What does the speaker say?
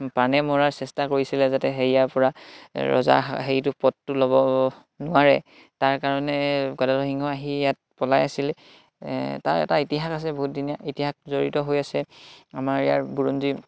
প্ৰাণে মৰাৰ চেষ্টা কৰিছিলে যাতে হেৰিয়াৰ পৰা ৰজা সেইটো পদটো ল'ব নোৱাৰে তাৰ কাৰণে গদাধৰ সিংহ আহি ইয়াত পলাই আছিলে তাৰ এটা ইতিহাস আছে বহুত দিনীয়া ইতিহাস জড়িত হৈ আছে আমাৰ ইয়াৰ বুৰঞ্জী